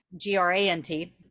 G-R-A-N-T